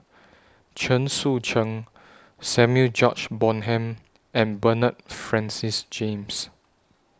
Chen Sucheng Samuel George Bonham and Bernard Francis James